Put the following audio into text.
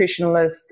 nutritionalist